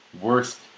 worst